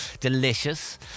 Delicious